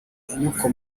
inyoko